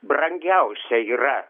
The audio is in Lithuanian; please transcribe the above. brangiausia yra